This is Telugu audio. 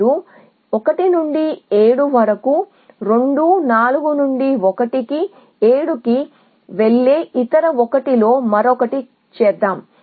మీరు 1 నుండి 7 వరకు 2 4 నుండి 1 కి 7 కి వెళ్లే ఇతర 1 లో మరొకటి చేద్దాం